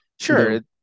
Sure